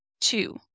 Two